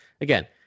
again